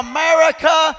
America